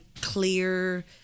clear